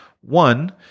One